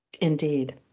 indeed